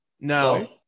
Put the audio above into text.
no